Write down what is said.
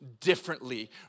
differently